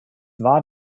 war